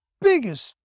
biggest